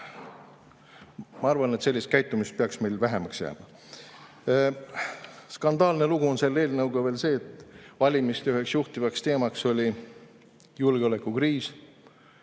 Ma arvan, et sellist käitumist peaks meil vähemaks jääma. Skandaalne lugu on selle eelnõuga veel see, et valimiste üheks juhtivaks teemaks oli julgeolekukriis,